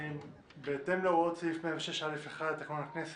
בהתאם להוראות סעיף 106א(1) לתקנון הכנסת,